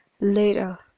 later